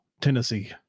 Tennessee